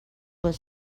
was